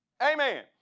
Amen